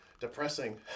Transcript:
depressing